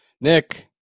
Nick